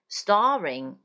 starring